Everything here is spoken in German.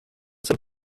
sind